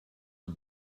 are